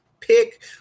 pick